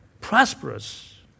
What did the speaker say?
prosperous